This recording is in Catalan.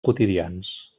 quotidians